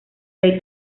rey